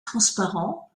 transparent